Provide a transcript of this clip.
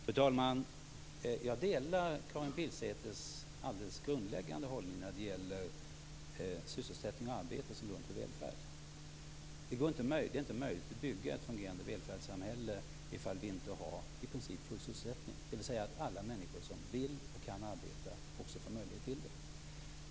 Fru talman! Jag delar Karin Pilsäters alldeles grundläggande hållning när det gäller sysselsättning och arbete som grunden för välfärd. Det är inte möjligt att bygga ett fungerande välfärdssamhälle om vi inte har i princip full sysselsättning, dvs. att alla människor som vill och kan arbeta också får möjlighet till det.